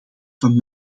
van